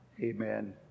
Amen